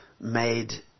made